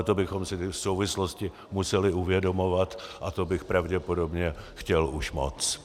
Ale to bychom si ty souvislosti museli uvědomovat a to bych pravděpodobně chtěl už moc.